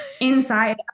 inside